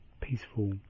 peaceful